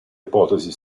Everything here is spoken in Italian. ipotesi